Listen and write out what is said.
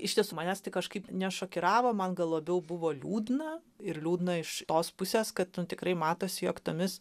iš tiesų manęs tai kažkaip nešokiravo man gal labiau buvo liūdna ir liūdna iš tos pusės kad nu tikrai matosi jog tomis